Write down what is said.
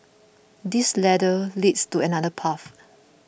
this ladder leads to another path